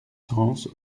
cense